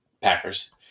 Packers